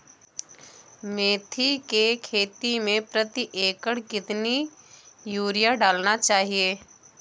मेथी के खेती में प्रति एकड़ कितनी यूरिया डालना चाहिए?